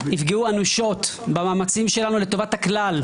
יפגעו אנושות במאמצים שלנו לטובת הכלל,